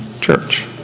church